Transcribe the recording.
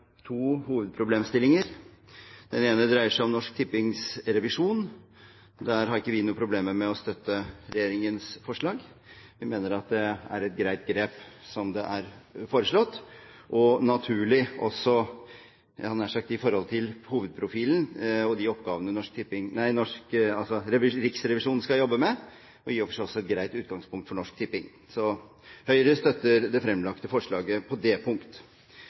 to hovedproblemstillinger. Den ene dreier seg om Norsk Tippings revisjon, og der har ikke vi noen problemer med å støtte regjeringens forslag. Vi mener at det er et greit grep som er foreslått. Det er naturlig også – hadde jeg nær sagt – i forhold til hovedprofilen og de oppgavene Riksrevisjonen skal jobbe med, og det er i og for seg også et greit utgangspunkt for Norsk Tipping. Så Høyre støtter det fremlagte forslaget på det punkt.